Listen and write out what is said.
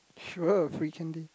sure free candy